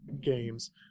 games